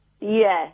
Yes